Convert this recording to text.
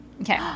Okay